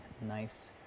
nice